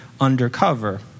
undercover